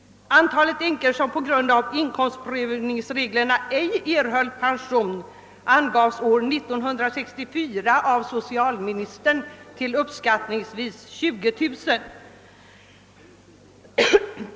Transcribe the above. Antalet änkor som på grund av inkomstprövningsreglerna ej erhöll pension angavs år 1964 av socialministern till uppskattningsvis 20 000.